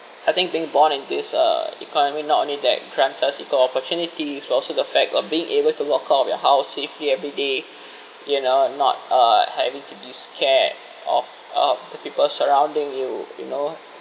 I think being born in this uh economy not only that grants us equal opportunities but also the fact of being able to walk out of your house safely everyday you know not uh having to be scared of of the people surrounding you you know